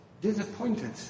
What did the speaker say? Disappointed